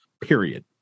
period